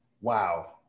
wow